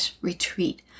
retreat